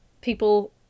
people